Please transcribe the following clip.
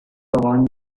won